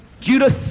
Judas